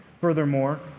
Furthermore